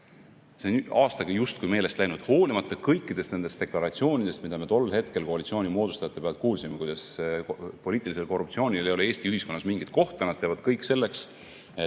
See on aastaga justkui meelest läinud, hoolimata kõikidest nendest deklaratsioonidest, mida me tol hetkel koalitsiooni moodustajatelt kuulsime, kuidas poliitilisel korruptsioonil ei ole Eesti ühiskonnas mingit kohta, nad teevad kõik selleks, et